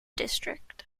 district